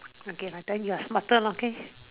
okay then you're smarter lah okay